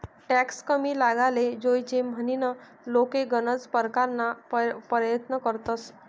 tax कमी लागाले जोयजे म्हनीन लोके गनज परकारना परयत्न करतंस